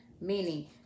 Meaning